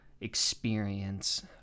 experience